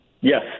Yes